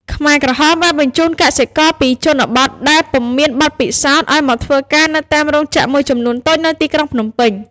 ខ្មែរក្រហមបានបញ្ជូនកសិករពីជនបទ ដែលពុំមានបទពិសោធន៍ឱ្យមកធ្វើការនៅតាមរោងចក្រមួយចំនួនតូចនៅទីក្រុងភ្នំពេញ ។